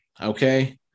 Okay